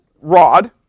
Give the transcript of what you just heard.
rod